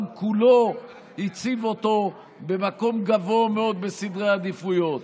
כולו הציב במקום גבוה מאוד בסדר העדיפויות?